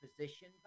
position